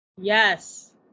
Yes